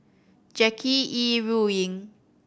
Jackie Yi Ru Ying